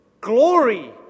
glory